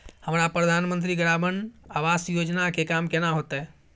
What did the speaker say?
हमरा प्रधानमंत्री ग्रामीण आवास योजना के काम केना होतय?